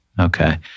Okay